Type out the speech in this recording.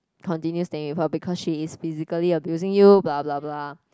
continuing staying with her because she is physically abusing you blah blah blah